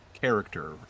character